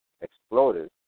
exploded